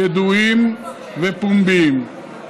ידועים ופומביים.